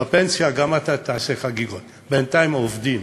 בפנסיה גם אתה תעשה חגיגות, בינתיים עובדים.